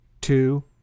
two